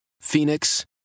Phoenix